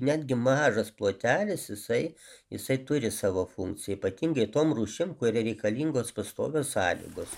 netgi mažas plotelis jisai jisai turi savo funkciją ypatingai tom rūšim kurie reikalingos pastovios sąlygos